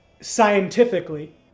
scientifically